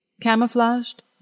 Camouflaged